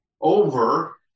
over